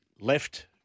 left